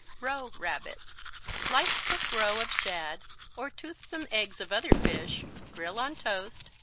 roe rabbits slice cooked roe of shad or toothsome eggs of other fish, grill on toast,